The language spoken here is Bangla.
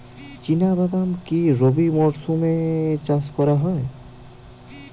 চিনা বাদাম কি রবি মরশুমে চাষ করা যায়?